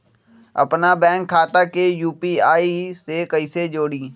अपना बैंक खाता के यू.पी.आई से कईसे जोड़ी?